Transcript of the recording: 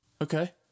Okay